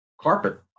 carpet